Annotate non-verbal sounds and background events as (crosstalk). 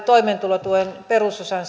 toimeentulotuen perusosan (unintelligible)